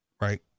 Right